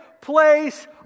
place